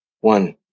One